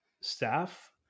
staff